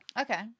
Okay